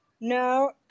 No